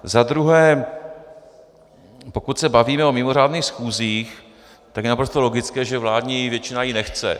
Za druhé, pokud se bavíme o mimořádných schůzích, tak je naprosto logické, že vládní většina ji nechce.